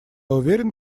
уверен